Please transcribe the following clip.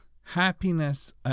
happiness